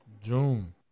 June